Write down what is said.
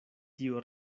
tiu